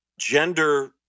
gender